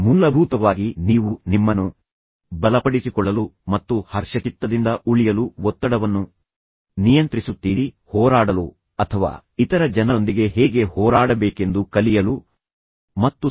ಮೂಲಭೂತವಾಗಿ ನೀವು ನಿಮ್ಮನ್ನು ಬಲಪಡಿಸಿಕೊಳ್ಳಲು ಮತ್ತು ಹರ್ಷಚಿತ್ತದಿಂದ ಉಳಿಯಲು ಒತ್ತಡವನ್ನು ನಿಯಂತ್ರಿಸುತ್ತೀರಿ ಹೋರಾಡಲು ಅಥವಾ ಇತರ ಜನರೊಂದಿಗೆ ಹೇಗೆ ಹೋರಾಡಬೇಕೆಂದು ಕಲಿಯಲು ಮತ್ತು ನಂತರ ಸಂಘರ್ಷ ಪರಿಹರಿಸಲು ಅಲ್ಲ